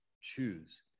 choose